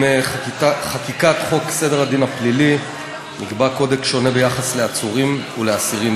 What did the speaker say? עם חקיקת חוק סדר הדין הפלילי נקבע קודקס שונה ביחס לעצורים ולאסירים.